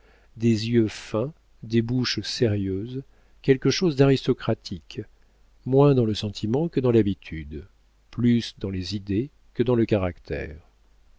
des yeux fins des bouches sérieuses quelque chose d'aristocratique moins dans le sentiment que dans l'habitude plus dans les idées que dans le caractère